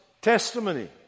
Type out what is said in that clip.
testimony